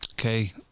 Okay